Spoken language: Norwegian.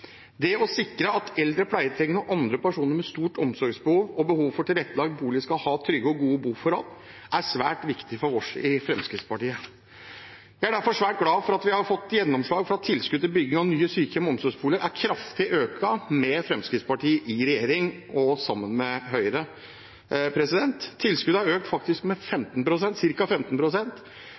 Det å sikre at eldre pleietrengende og andre personer med stort omsorgsbehov og behov for tilrettelagt bolig skal ha trygge og gode boforhold, er svært viktig for oss i Fremskrittspartiet. Jeg er derfor svært glad for at vi har fått gjennomslag for at tilskuddet til bygging av nye sykehjem og omsorgsboliger har økt kraftig med Fremskrittspartiet i regjering sammen med Høyre. Tilskuddet har faktisk økt med